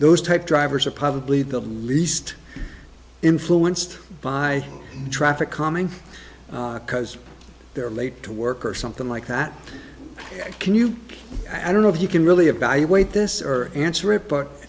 those type drivers are probably the least influenced by traffic calming because they're late to work or something like that can you i don't know if you can really evaluate this or answer it but